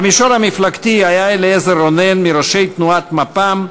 במישור המפלגתי היה אליעזר רונן מראשי תנועת מפ"ם,